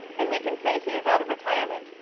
then we can say he is out of retirement.